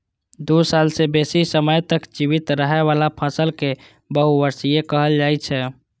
दू साल सं बेसी समय तक जीवित रहै बला फसल कें बहुवार्षिक कहल जाइ छै